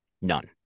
None